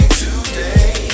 today